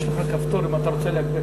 יש לך כפתור, אם אתה רוצה להגביה.